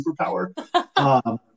superpower